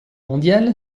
mondiale